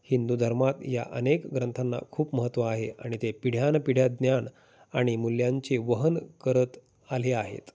हिंदू धर्मात या अनेक ग्रंथांना खूप महत्त्व आहे आणि ते पिढ्यानपिढ्या ज्ञान आणि मूल्यांचे वहन करत आले आहेत